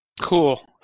Cool